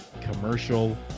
commercial